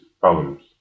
problems